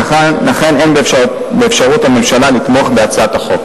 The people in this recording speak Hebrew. לכן אין באפשרות הממשלה לתמוך בהצעה זו.